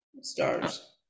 stars